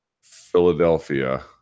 Philadelphia